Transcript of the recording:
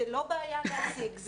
זה לא בעיה להשיג.